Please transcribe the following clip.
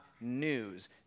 news